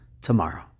tomorrow